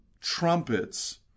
trumpets